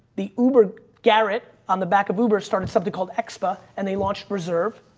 the uber garrett on the back of uber started something called expa and they launched reserve.